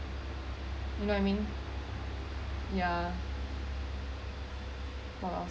you know I mean ya of course